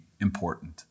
important